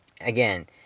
again